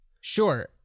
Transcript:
Sure